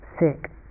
sick